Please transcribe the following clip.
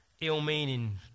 ill-meaning